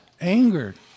angered